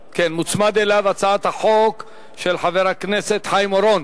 מוצמדת אליה הצעת החוק של חבר הכנסת חיים אורון.